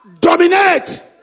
dominate